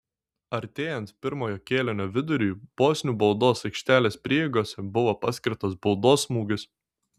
artėjant pirmojo kėlinio viduriui bosnių baudos aikštelės prieigose buvo paskirtas baudos smūgis